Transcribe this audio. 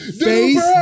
Face